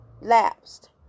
lapsed